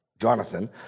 Jonathan